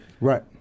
Right